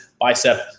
bicep